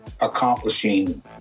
accomplishing